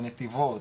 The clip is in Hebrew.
בנתיבות,